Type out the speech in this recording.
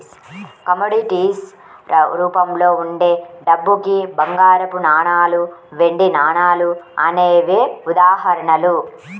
commodities రూపంలో ఉండే డబ్బుకి బంగారపు నాణాలు, వెండి నాణాలు అనేవే ఉదాహరణలు